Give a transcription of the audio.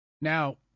Now